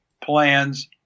plans